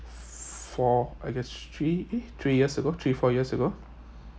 four I guess three eh three years ago three four years ago